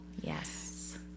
Yes